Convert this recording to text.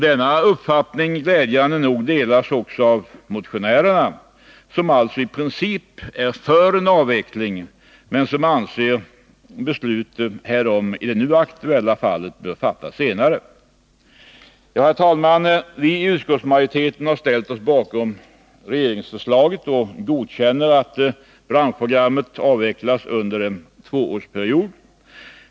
Denna uppfattning delas glädjande nog också av motionärerna, som alltså i princip är för en avveckling, men som anser att beslut härom i det nu aktuella fallet bör fattas senare. Herr talman! Vi i utskottsmajoriteten har ställt oss bakom regeringsförslaget och godkänner att branschprogrammet avvecklas under en tvåårsperiod.